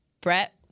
Brett